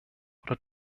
oder